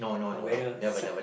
or whether some